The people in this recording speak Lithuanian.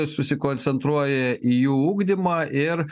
susikoncentruoja į jų ugdymą ir